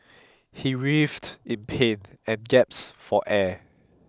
he writhed in pain and gaps for air